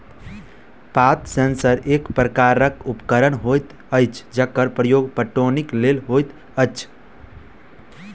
पात सेंसर एक प्रकारक उपकरण होइत अछि जकर प्रयोग पटौनीक लेल होइत अछि